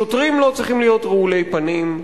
שוטרים לא צריכים להיות רעולי פנים,